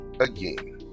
again